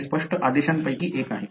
हे स्पष्ट आदेशांपैकी एक आहे